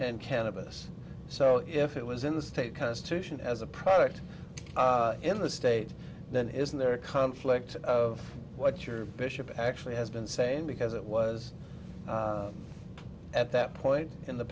and cannabis so if it was in the state constitution as a product in the state then isn't there a conflict of what your bishop actually has been saying because it was at that point in the